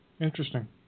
Interesting